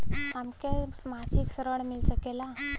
हमके मासिक ऋण मिल सकेला?